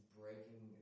breaking